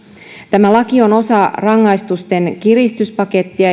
tämä laki on osa rangaistustenkiristyspakettia